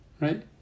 Right